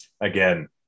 again